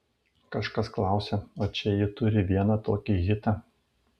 kažkas klausė o čia ji turi vieną tokį hitą